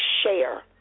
share